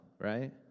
right